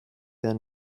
their